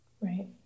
Right